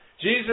Jesus